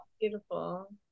Beautiful